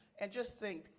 and just think,